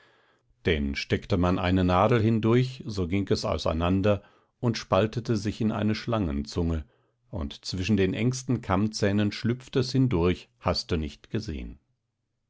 denn steckte man eine nadel hindurch so ging es auseinander und spaltete sich in eine schlangenzunge und zwischen den engsten kammzähnen schlüpfte es hindurch hast du nicht gesehen